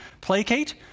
placate